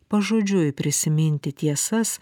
pažodžiui prisiminti tiesas